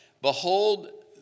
Behold